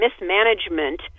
mismanagement